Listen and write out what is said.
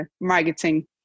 marketing